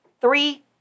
three